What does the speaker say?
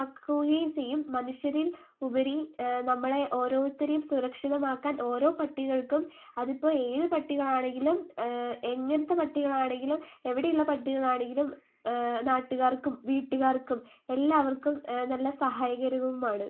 ചെയ്യും മനുഷ്യരിൽ ഉപരി നമ്മളെ ഓരോരുത്തരേയും സുരക്ഷിതമാക്കാൻ ഓരോ പട്ടികൾക്കും അതിപ്പോൾ ഏത് പട്ടികളാണെങ്കിലും എങ്ങനത്തെ പട്ടികളാണെങ്കിലും എവിടെയുള്ള പട്ടികളാണെങ്കിലും നാട്ടുകാർക്കും വീട്ടുകാർക്കും എല്ലാവർക്കും നല്ല സഹായകരവുമാണ്